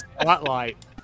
spotlight